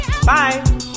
Bye